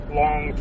long